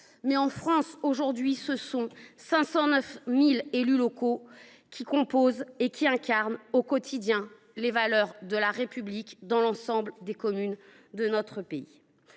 Mais en France, aujourd’hui, ce sont quelque 509 000 élus locaux qui incarnent au quotidien les valeurs de la République dans l’ensemble des communes de notre pays.